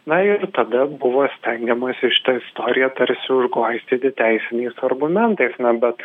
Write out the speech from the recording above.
na ir tada buvo stengiamasi šitą istoriją tarsi užglaistyti teisiniais argumentais na bet